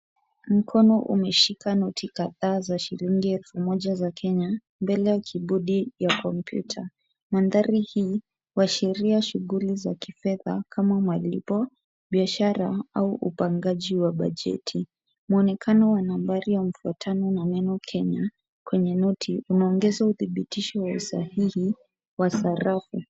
Mkono umeshika noti kadhaa za shilingi 1,000 za Kenya. Mbele ya kibodi ya kompyuta. Mandhari hii washiria shughuli za kifedha kama malipo, biashara, au upangaji wa bajeti. Muonekano wa nambari ya mfuatano na neno Kenya kwenye noti umeongezwa uthibitisho wa usahihi wa sarafu.